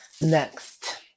next